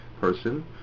person